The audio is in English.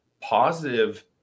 positive